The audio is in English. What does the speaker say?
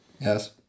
Yes